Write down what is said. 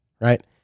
right